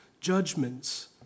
judgments